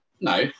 No